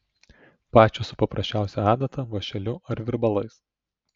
pačios su paprasčiausia adata vąšeliu ar virbalais